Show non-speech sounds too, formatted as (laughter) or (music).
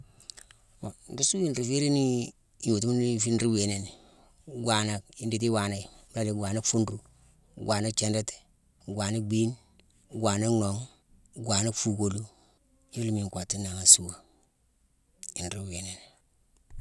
Mbon nruu suuwéne, nruu féérine nii gnotu ghune ifine nruu wii nini: gwaanack, idithi iwaanéye: mu la di gwaane fuuru, gwaane thiindati, gwaane bhiine, gwaane nnhogh, gwaane fuukolu. Yuna miine nkottu nangha asuua. (unintelligible)